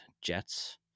Jets